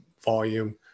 volume